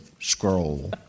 scroll